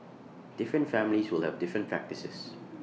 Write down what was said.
different families will have different practices